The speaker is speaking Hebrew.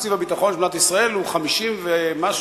תקציב הביטחון של מדינת ישראל הוא 50 ומשהו,